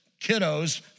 kiddos